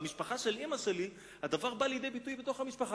במשפחה של אמא שלי הדבר בא לידי ביטוי בתוך המשפחה.